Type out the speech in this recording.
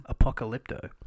Apocalypto